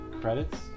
credits